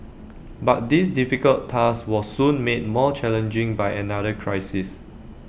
but this difficult task was soon made more challenging by another crisis